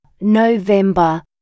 November